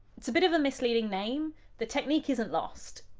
it's a bit of a misleading name the technique isn't lost,